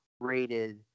rated